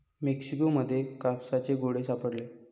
Mexico मध्ये कापसाचे गोळे सापडले